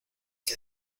que